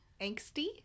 Angsty